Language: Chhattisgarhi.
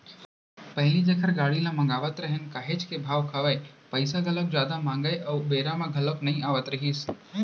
पहिली जेखर गाड़ी ल मगावत रहेन काहेच के भाव खावय, पइसा घलोक जादा मांगय अउ बेरा म घलोक नइ आवत रहिस